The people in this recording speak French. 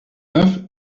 neuf